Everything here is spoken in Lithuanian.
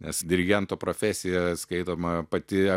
nes dirigento profesija skaitoma pati